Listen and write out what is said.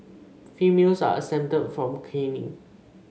females are exempted from caning